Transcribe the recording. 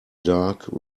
dark